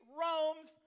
roams